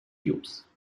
cubes